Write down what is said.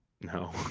No